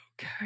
Okay